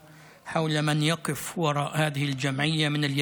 ב-2002 הייתה פלישה רחבה יותר מהפלישה הזאת,